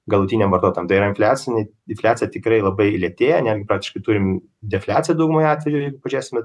galutiniam vartotojui tai yra infliaciniai infliacija tikrai labai lėtėja nes praktiškai turim defliaciją daugumoje atvejų jeigu pažiūrėsime